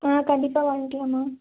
ஆ கண்டிப்பாக வாங்கிக்கலாமா